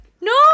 No